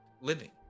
living